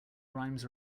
rhymes